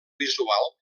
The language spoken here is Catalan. visual